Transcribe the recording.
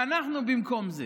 ואנחנו במקום זה